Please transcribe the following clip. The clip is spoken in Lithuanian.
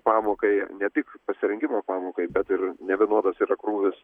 pamokai ne tik pasirengimą pamokai bet ir nevienodas yra krūvis